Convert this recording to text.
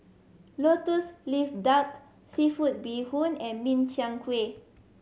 Lotus Leaf Duck seafood bee hoon and Min Chiang Kueh